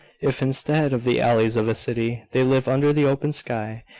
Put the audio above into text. if, instead of the alleys of a city, they live under the open sky,